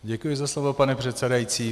Děkuji za slovo, pane předsedající.